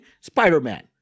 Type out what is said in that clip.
Spider-Man